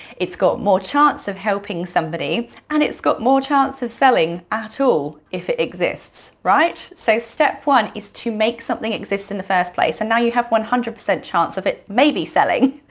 it's got more chance of helping somebody and it's got more chance of selling at all if it exists. so step one is to make something exist in the first place and now you have one hundred percent chance of it maybe selling,